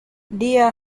dia